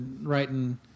writing